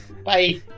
Bye